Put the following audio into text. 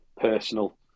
personal